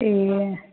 ਅਤੇ